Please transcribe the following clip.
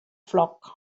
flock